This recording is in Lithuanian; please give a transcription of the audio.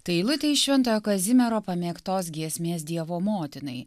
tai eilutė iš šventojo kazimiero pamėgtos giesmės dievo motinai